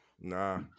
Nah